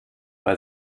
bei